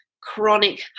chronic